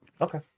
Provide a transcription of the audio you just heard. Okay